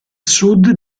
sud